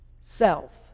self